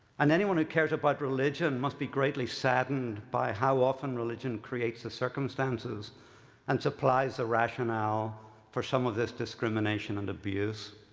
and who cares about religion must be greatly saddened by how often religion creates the circumstances and supplies the rationale for some of this discrimination and abuse.